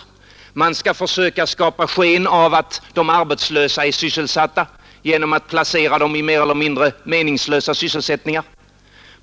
Man skall försöka skapa sken av att de arbetslösa är sysselsatta genom att placera dem i mer eller mindre meningslösa sysselsättningar.